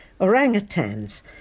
orangutans